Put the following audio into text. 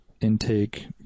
intake